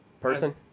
person